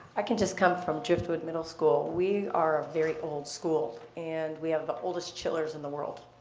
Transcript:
i can just come from driftwood middle school. we are a very old school, and we have the oldest chillers in the world,